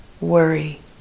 worry